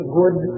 good